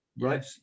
right